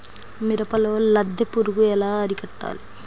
మిరపలో లద్దె పురుగు ఎలా అరికట్టాలి?